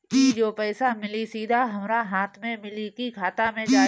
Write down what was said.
ई जो पइसा मिली सीधा हमरा हाथ में मिली कि खाता में जाई?